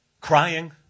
crying